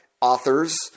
authors